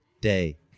day